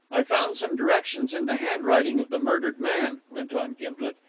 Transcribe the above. i found some directions in the handwriting of the murdered man, went on gimblet,